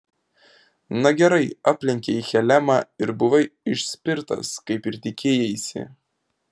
na gerai aplankei helemą ir buvai išspirtas kaip ir tikėjaisi